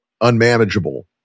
unmanageable